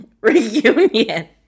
reunion